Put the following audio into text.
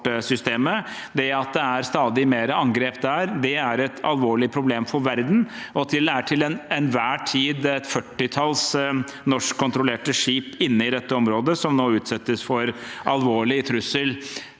Det at det er stadig flere angrep der, er et alvorlig problem for verden, og det er til enhver tid et førtitalls norskkontrollerte skip inne i dette området som nå er utsatt for en alvorlig trussel.